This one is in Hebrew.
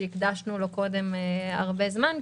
שהקדשנו לו קודם הרבה זמן,